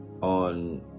on